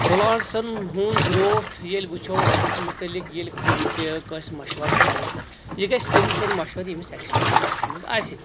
پلانٹسن ہُنٛد گروتھ ییٚلہِ وٕچھو اتھ متعلِق ییٚلہِ کُنہِ تہِ کٲنٛسہِ مشور ہیٚمو یہِ گژھہِ تٔمِس ہیٚوٚن مشور یٔمِس ایٚکٕسپیرینس اتھ منٛز آسہِ